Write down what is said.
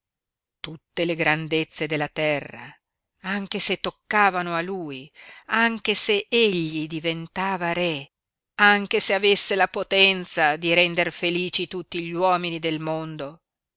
tutte le grandezze della terra anche se toccavano a lui anche se egli diventava re anche se avesse la potenza di render felici tutti gli uomini del mondo